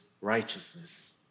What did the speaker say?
righteousness